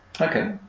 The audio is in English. Okay